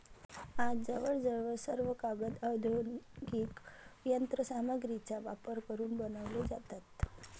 आज जवळजवळ सर्व कागद औद्योगिक यंत्र सामग्रीचा वापर करून बनवले जातात